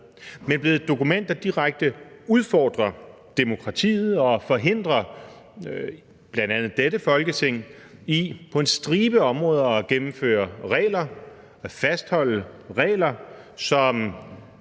er blevet et dokument, der direkte udfordrer demokratiet og forhindrer bl.a. dette Folketing i på en stribe områder at gennemføre regler, at fastholde regler, som